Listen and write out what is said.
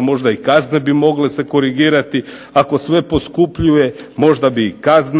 možda i kazne bi mogle se korigirati, ako sve poskupljuje možda bi i kazne